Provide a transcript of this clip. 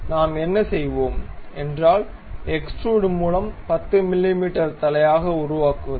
நாம் என்ன செய்வோம் என்றால் எக்ஸ்டுரூட் மூல்ம் 10 மிமீ தலையாக உருவாக்குவது